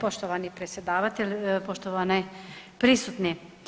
Poštovani predsjedavatelju, poštovani prisutni.